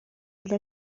для